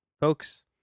folks